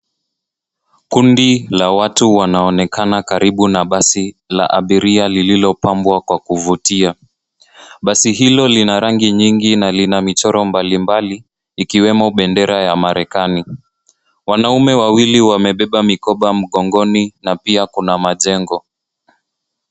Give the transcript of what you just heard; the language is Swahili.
Kundi la watu wanaonekana karibu na basi la abiria lililopambwa kwa kuvutia. Basi hilo lina rangi nyingi na lina michoro mbalimbali, ikiwemo bendera ya marekani. Wanaume wawili wamebeba mikoba mgongoni, na pia kuna majengo.